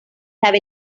have